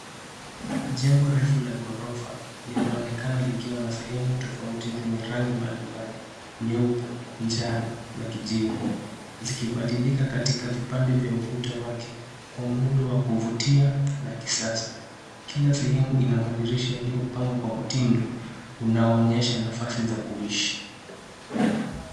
Jengo refu la ghorofa linaonekana likiwa na sehemu tofauti zenye rangi mbalimbali, nyeupe, njano na kijivu zikibadilika katika vipande vya ukuta wake kwa muundo wa kuvutia na kisasa. Kila sehemu ina madirisha yaliyopangwa kwa mtindo unaonyesha nafasi za kuishi.